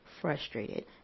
frustrated